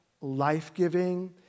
life-giving